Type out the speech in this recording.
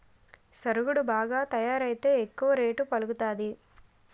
సరుగుడు బాగా తయారైతే ఎక్కువ రేటు పలుకుతాది